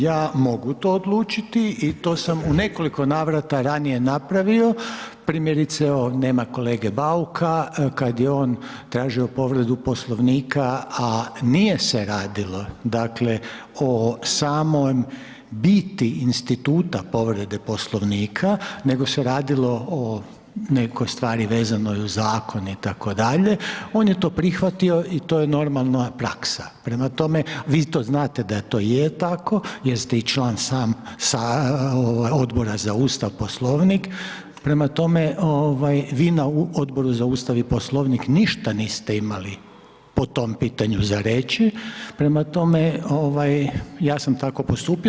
Ja mogu to odlučiti i to sam u nekoliko navrata ranije napravio, primjerice nema kolege Bauka, kad je on tražio povredu Poslovnika, a nije se radilo, dakle, o samom biti instituta povrede Poslovnika, nego se radilo o nekoj stvari vezano uz Zakone i tako dalje, on je to prihvatio i to je normalna praksa, prema tome, vi to znate da to je tako jer ste i član sam sa ovaj Odbora za Ustav, Poslovnik, prema tome, ovaj, vi na Odboru za Ustav i Poslovnik ništa niste imali po tom pitanju za reći, prema tome, ovaj, ja sam tako postupio.